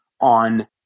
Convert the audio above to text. on